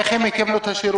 איך הם יקבלו את השירות?